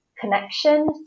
connection